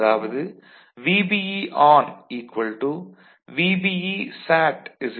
அதாவது VBE VBE 0